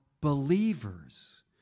believers